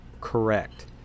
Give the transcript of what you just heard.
correct